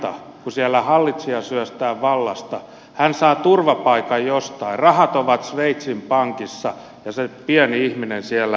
kun siellä hallitsija syöstään vallasta hän saa turvapaikan jostain rahat ovat sveitsin pankissa ja se pieni ihminen siellä kärsii